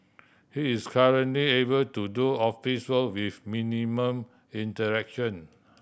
he is currently able to do office work with minimal interaction